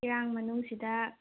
ꯏꯔꯥꯡ ꯃꯅꯨꯡꯁꯤꯗ